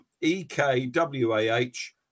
E-K-W-A-H